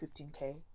15k